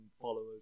followers